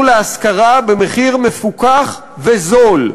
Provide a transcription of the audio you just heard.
להשכרה במחיר מפוקח וזול.